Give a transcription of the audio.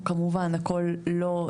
כמובן הכל לא,